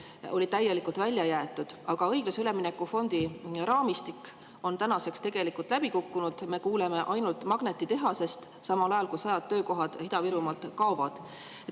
sealt täielikult välja jäetud. Aga õiglase ülemineku fondi raamistik on tänaseks tegelikult läbi kukkunud. Me kuuleme ainult magnetitehasest, samal ajal kui sajad töökohad Ida-Virumaalt kaovad.